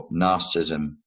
narcissism